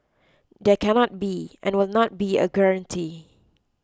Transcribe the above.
there cannot be and will not be a guarantee